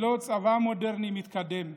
לא צבא מודרני מתקדם,